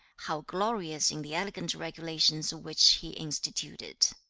how glorious in the elegant regulations which he instituted